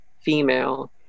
female